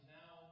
now